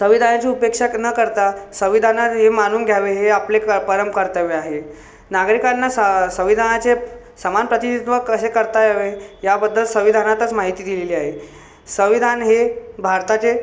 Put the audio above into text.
संविधानाची उपेक्षा न करता संविधानाने हे मानून घ्यावे हे आपले परमकर्तव्य आहे नागरिकांना स संविधानाचे समान प्रतिनिधित्व कसे करता यावे याबद्दल संविधानातच माहिती दिलेली आहे संविधान हे भारताचे